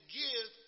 give